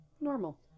Normal